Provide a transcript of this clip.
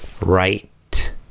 Right